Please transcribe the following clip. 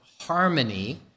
harmony